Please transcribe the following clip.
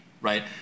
right